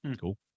Cool